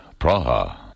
Praha